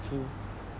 true